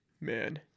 man